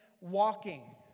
Walking